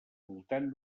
voltant